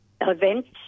Events